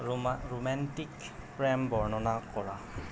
romantic প্ৰেম বৰ্ণনা কৰা